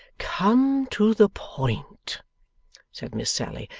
come to the point said miss sally,